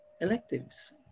electives